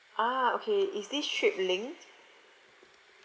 ah okay is this trip linked